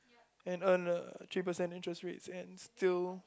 and earn a three percent interest rates and still